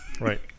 Right